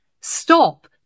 stop